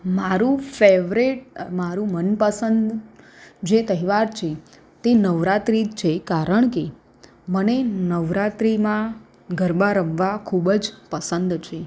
મારું ફેવરેટ મારું મનપસંદ જે તહેવાર છે તે નવરાત્રિ જ છે કારણ કે મને નવરાત્રિમાં ગરબા રમવા ખૂબ જ પસંદ છે